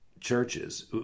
churches